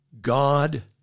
God